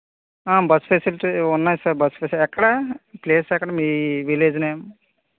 bus facility ఉన్నాయి sir bus facility ఎక్కడ place ఎక్కడ మీ విలేజ్ నేమ్